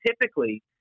typically